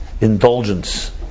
indulgence